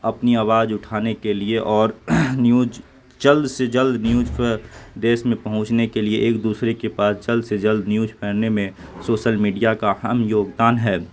اپنی آواز اٹھانے کے لیے اور نیوج جلد سے جلد نیوج دیش میں پہنچنے کے لیے ایک دوسرے کے پاس جلد سے جلد نیوج پھیلنے میں سوسل میڈیا کا اہم یوگدان ہے